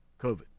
COVID